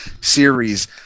series